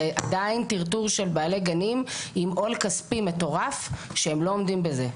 זה עדיין טרטור של בעלי גנים עם עול כספי מטורף שהם לא עומדים בזה,